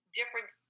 different